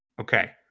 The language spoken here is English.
Okay